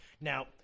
Now